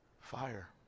fire